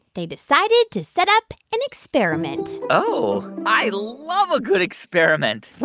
they decided to set up an experiment oh, i love a good experiment